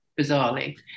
bizarrely